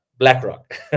BlackRock